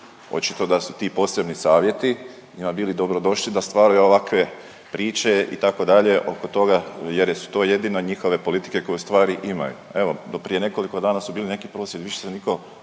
Očito da su ti posebni savjeti njima bili dobrodošli da stvaraju ovakve priče itd. oko toga jer su to jedino njihove politike koje u stvari imaju. Evo do prije nekoliko dana su bili neki prosvjedi, više se nitko